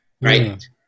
right